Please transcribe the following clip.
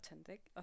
authentic